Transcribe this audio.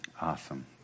Awesome